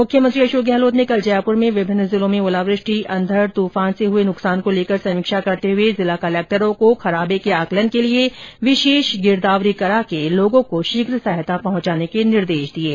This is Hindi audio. मुख्यमंत्री अशोक गहलोत ने कल जयपुर में विभिन्न जिलों में ओलावृष्टि अंधड़ तूफान आदि से हुए नुकसान को लेकर समीक्षा करते हुए सभी जिला कलक्टरों को खराबे के आकलन के लिए विशेष गिरदावरी कराकर लोगों को शीघ्र सहायता पहुंचाने के निर्देश दिए हैं